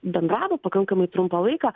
bendravo pakankamai trumpą laiką